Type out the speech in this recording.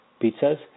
Pizzas